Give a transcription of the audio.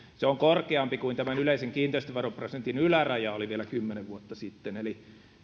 se on korkeampi kuin tämän yleisen kiinteistöveroprosentin yläraja oli vielä kymmenen vuotta sitten eli